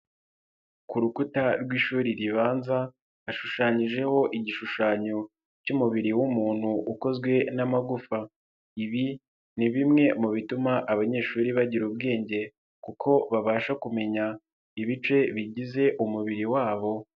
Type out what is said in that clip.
Ku rukuta rw'ishuri ribanza hashushanyijeho igishushanyo cy'umubiri w'umuntu ukozwe n'amagufa, ibi ni bimwe mu bituma abanyeshuri bagira ubwenge kuko babasha kumenya ibice bigize umubiri wabo.